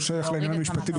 זה לא שייך לעניין המשפטי בכלל.